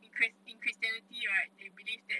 in chri~ in christianity right they believe that